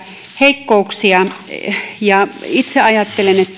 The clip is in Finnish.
heikkouksia itse ajattelen että kun